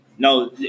No